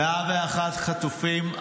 101 חטופים,